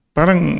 Parang